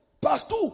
partout